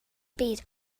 byd